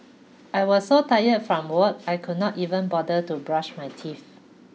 I was so tired from work I could not even bother to brush my teeth